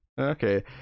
Okay